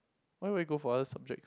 why we go for us subjects